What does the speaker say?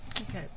okay